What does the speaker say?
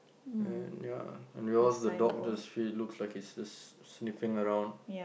and ya and there's was the dog just looks like he's sniffing around